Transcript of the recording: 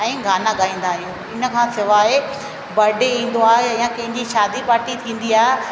ऐं गाना ॻाईंदा आहियूं इन खां सवाइ बर्डे ईंदो आहे या कंहिंजी शादी पार्टी थींदी आहे